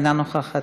אינה נוכחת,